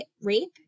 rape